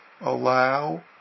allow